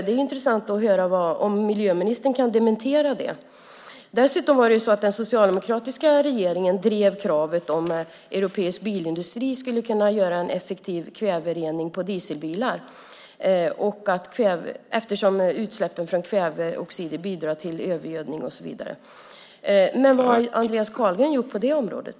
Det vore intressant att höra om ministern kan dementera det. Dessutom var det så att den socialdemokratiska regeringen drev kravet på att europeisk bilindustri skulle kunna göra en effektiv kväverening av dieselbilar eftersom utsläppen av kväveoxid bidrar till övergödning och så vidare. Men vad har Andreas Carlgren gjort på det området?